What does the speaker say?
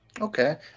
Okay